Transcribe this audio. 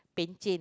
pencen